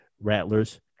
Rattlers